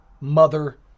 mother